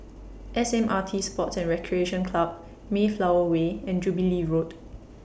S M R T Sports and Recreation Club Mayflower Way and Jubilee Road